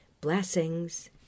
Blessings